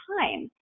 time